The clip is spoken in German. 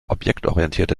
objektorientierte